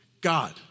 God